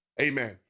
Amen